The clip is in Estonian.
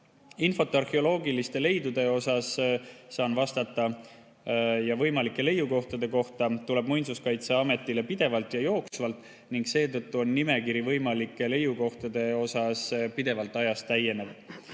Infot arheoloogiliste leidude, saan vastata, ja võimalike leiukohtade kohta tuleb Muinsuskaitseametile pidevalt ja jooksvalt ning seetõttu on võimalike leiukohtade nimekiri ajas täienev.